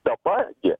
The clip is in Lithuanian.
dabar gi